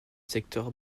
secteur